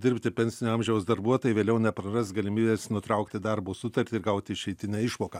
dirbti pensinio amžiaus darbuotojai vėliau nepraras galimybės nutraukti darbo sutartį ir gauti išeitinę išmoką